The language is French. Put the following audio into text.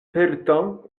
pelletan